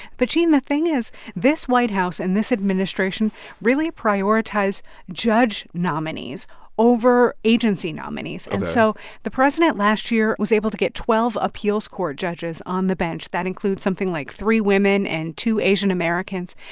but gene, the thing is this white house and this administration really prioritized judge nominees over agency nominees ok and so the president, last year, was able to get twelve appeals court judges on the bench. that includes something like three women and two asian-americans.